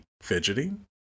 fidgeting